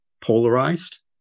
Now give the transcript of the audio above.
polarized